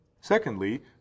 Secondly